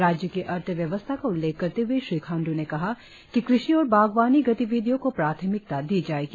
राज्य की अर्थव्यवस्था का उल्लेख करते हए श्री खांड् ने कहा कि कृषि और बागवानी गतिविधियों को प्राथमिकता दी जाएगी